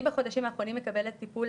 אני בחודשים האחרונים מקבלת טיפול